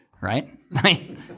Right